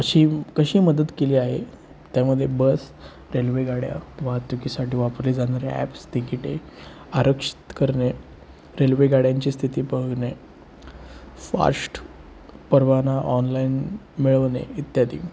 अशी कशी मदत केली आहे त्यामध्ये बस रेल्वेगाड्या वाहतुकीसाठी वापरली जाणारी ॲप्स तिकिटे आरक्षित करणे रेल्वेगाड्यांची स्थिती बघणे फाष्ट परवाना ऑनलाईन मिळवणे इत्यादी